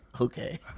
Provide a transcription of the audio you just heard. Okay